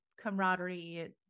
camaraderie